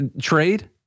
trade